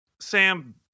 Sam